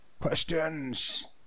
Questions